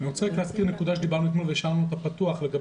אני רוצה להזכיר נקודה עליה דיברנו אתמול והשארנו אותה פתוחה.